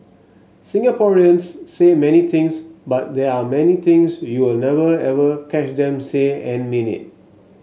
Singaporeans say many things but there are many things you'll never ever catch them say and mean it